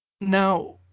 Now